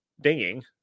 dinging